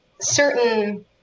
certain